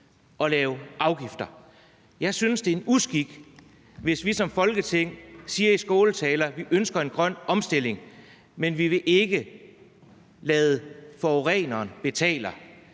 at lave afgifter. Jeg synes, det er en uskik, hvis vi som Folketing siger i skåltaler, at vi ønsker en grøn omstilling, og at vi så ikke vil lade forureneren betale.